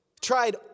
tried